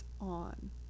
on